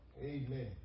Amen